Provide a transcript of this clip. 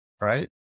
right